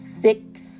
six